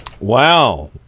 Wow